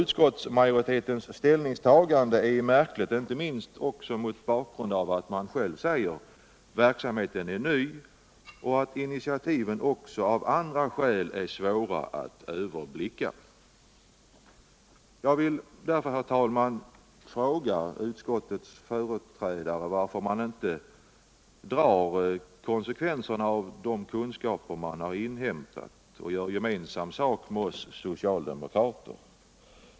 Utskottsmajoritetens ställningstagande är märkligt, inte minst mot bakgrund av att majoriteten själv påpekar att verksamheten är ny och att initiativen också av andra skäl är svåra att överblicka. Jag vill därför, herr talman, fråga utskottets företrädare varför man inte drar konsekvenserna av de kunskaper man har inhämtat och gör gemensam sak med socialdemokraterna.